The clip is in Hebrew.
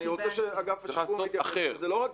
אני רוצה שאגף השיקום יתייחס לזה.